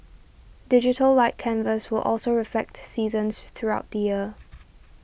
Digital Light Canvas will also reflect seasons throughout the year